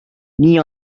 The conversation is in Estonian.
nii